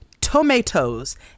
tomatoes